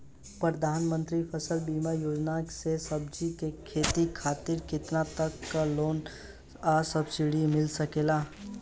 प्रधानमंत्री फसल बीमा योजना से सब्जी के खेती खातिर केतना तक के लोन आ सब्सिडी मिल सकेला?